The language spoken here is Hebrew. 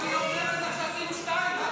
אבל היא אומרת לך שעשינו שתיים.